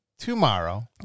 Tomorrow